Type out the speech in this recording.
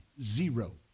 zero